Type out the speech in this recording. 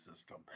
system